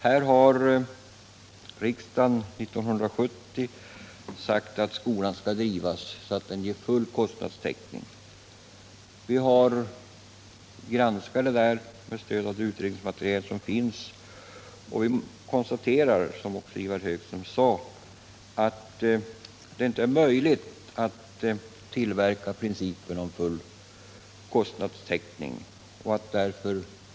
Här har riksdagen 1970 sagt ifrån att skolan skall drivas så, att den ger full kostnadstäckning. Vi har granskat frågan med stöd av det utredningsmaterial som finns att tillgå och har konstaterat, alldeles som Ivar Högström sade, att det inte är möjligt att tillämpa principen om full kostnadstäckning.